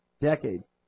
decades